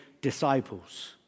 disciples